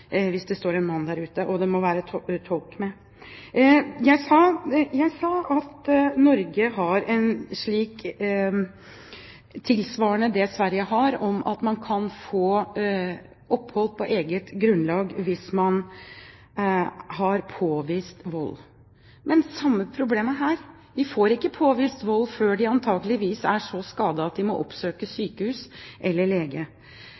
hvis det står en mann der ute. Og det må være tolk med. Jeg sa at Norge har tilsvarende det Sverige har, at man kan få opphold på eget grunnlag hvis det er påvist vold. Men det er det samme problemet her, at man antakeligvis ikke får påvist vold før kvinnene er så skadet at de må oppsøke sykehus eller lege.